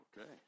Okay